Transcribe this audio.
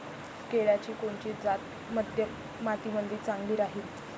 केळाची कोनची जात मध्यम मातीमंदी चांगली राहिन?